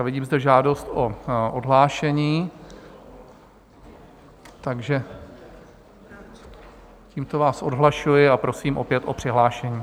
Vidím zde žádost o odhlášení, takže tímto vás odhlašuji a prosím opět o přihlášení.